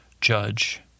judge